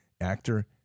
actor